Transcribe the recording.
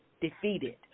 defeated